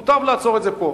מוטב לעצור את זה פה.